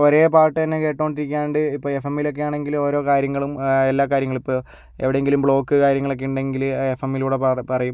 ഒരേ പാട്ട് തന്നെ കേട്ടോണ്ടിരിക്കാണ്ട് ഇപ്പം എഫ്എംമിലെ ഒക്കെ ആണെങ്കില് ഓരോ കാര്യങ്ങളും എല്ലാ കാര്യങ്ങള് ഇപ്പം എവിടെങ്കിലും ബ്ലോക്ക് കാര്യങ്ങള് ഒക്കെ ഉണ്ടെങ്കില് എഫ്എംമ്മിലൂടെ പറ പറയും